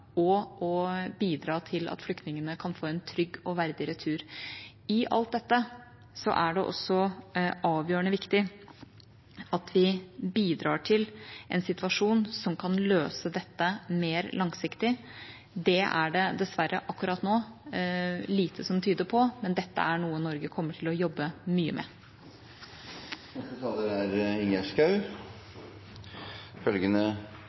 bidra til at flyktningene kan få en trygg og verdig retur. I alt dette er det også avgjørende viktig at vi bidrar til en situasjon som kan løse dette mer langsiktig. Det er det dessverre akkurat nå lite som tyder på, men dette er noe Norge kommer til å jobbe mye med.